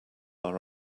are